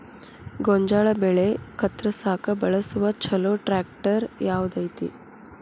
ಗೋಂಜಾಳ ಬೆಳೆ ಕತ್ರಸಾಕ್ ಬಳಸುವ ಛಲೋ ಟ್ರ್ಯಾಕ್ಟರ್ ಯಾವ್ದ್ ಐತಿ?